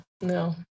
no